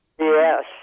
Yes